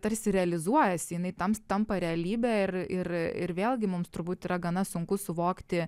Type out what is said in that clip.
tarsi realizuojasi jinai tams tampa realybe ir ir ir vėlgi mums turbūt yra gana sunku suvokti